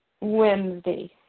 Wednesday